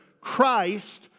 Christ